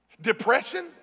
depression